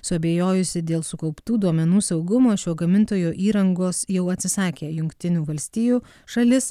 suabejojusi dėl sukauptų duomenų saugumo šio gamintojo įrangos jau atsisakė jungtinių valstijų šalis